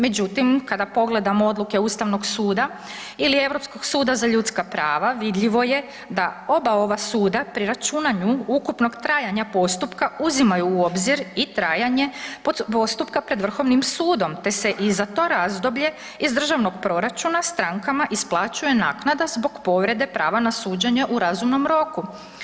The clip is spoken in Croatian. Međutim, kada pogledamo odluke ustavnog suda ili Europskog suda za ljudska prava vidljivo je da oba ova suda pri računanju ukupnog trajanja postupka uzimaju u obzir i trajanje postupka pred vrhovnim sudom, te se i za to razdoblje iz državnog proračuna strankama isplaćuje naknada zbog povrede prava na suđenje u razumnom roku.